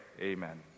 Amen